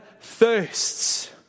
thirsts